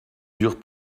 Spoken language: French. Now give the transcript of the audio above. eurent